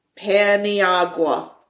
Paniagua